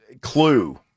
clue